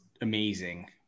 amazing